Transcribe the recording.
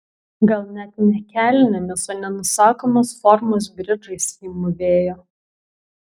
gal net ne kelnėmis o nenusakomos formos bridžais ji mūvėjo